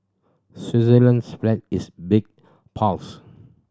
Switzerland's flag is big pose